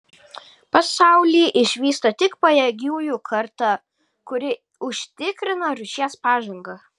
pasaulį išvysta tik pajėgiųjų karta kuri užtikrina rūšies pažangą